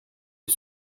est